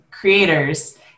creators